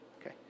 okay